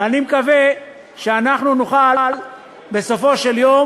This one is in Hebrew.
ואני מקווה שאנחנו נוכל בסופו של יום